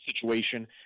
situation